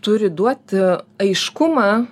turi duoti aiškumą